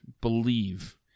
believe